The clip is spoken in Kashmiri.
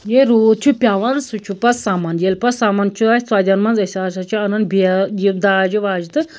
ییٚلہِ روٗد چھُ پٮ۪وان سُہ چھُ پَتہٕ سَمان ییٚلہِ پَتہٕ سَمان چھُ اَسہِ ژۄدٮ۪ن منٛز أسۍ ہسا چھِ اَنان یہِ داجہِ واجہِ تہٕ